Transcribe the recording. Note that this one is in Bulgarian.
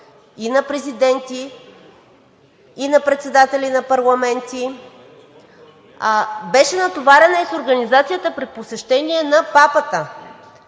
и на президенти, и на председатели на парламенти. Беше натоварена и с организацията при посещението на папата,